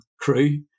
crew